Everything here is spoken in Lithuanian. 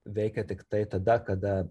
veikia tiktai tada kada